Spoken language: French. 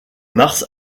mars